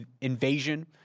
invasion